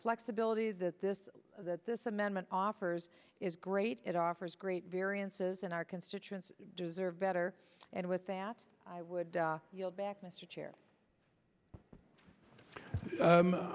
flexibility that this that this amendment offers is great it offers great variances in our constituents deserve better and with that i would yield back mr chair